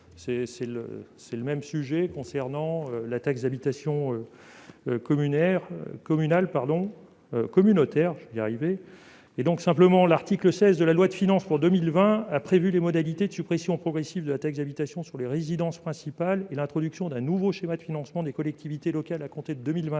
près qu'il concerne la taxe d'habitation communautaire. L'article 16 de la loi de finances pour 2020 a prévu les modalités de suppression progressive de la taxe d'habitation sur les résidences principales et l'introduction d'un nouveau schéma de financement des collectivités locales à compter de 2021.